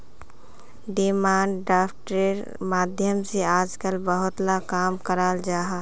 demand ड्राफ्टेर माध्यम से आजकल बहुत ला काम कराल जाहा